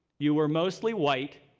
you were mostly white.